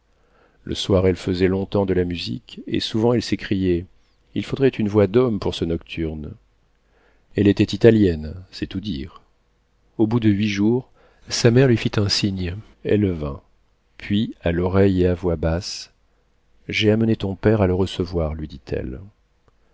le soir elle faisait long-temps de la musique et souvent elle s'écriait il faudrait une voix d'homme pour ce nocturne elle était italienne c'est tout dire au bout de huit jours sa mère lui fit un signe elle vint puis à l'oreille et à voix basse j'ai amené ton père à le recevoir lui dit-elle